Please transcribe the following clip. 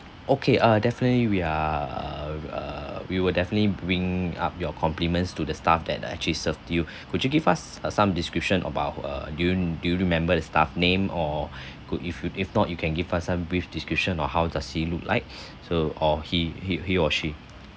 okay uh definitely we are err err we will definitely bring up your compliments to the staff that actually served you could you give us uh some description about uh do you do you remember the staff name or could if you if not you can give us some brief description on how does he look like so or he he he or she